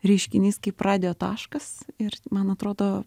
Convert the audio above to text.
reiškinys kaip radijo taškas ir man atrodo